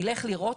ילך לראות,